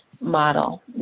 model